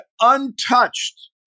untouched